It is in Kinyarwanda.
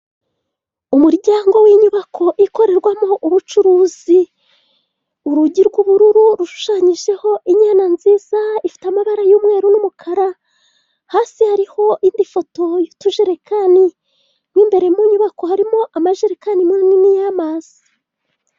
Umuryango w'inyubako ikorerwamo ubucuruzi, urugi rw'ubururu rushushanyijeho inyana nziza ifite amabara y'mweru n'umukara, hasi hariho indi foto y'utujerekani, mo imbere mu nyubako harimo amajerekani manini y'amazi.